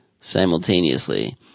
simultaneously